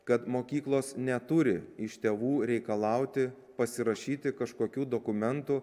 kad mokyklos neturi iš tėvų reikalauti pasirašyti kažkokių dokumentų